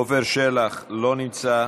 עפר שלח, לא נמצא,